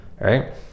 right